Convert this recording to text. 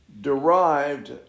derived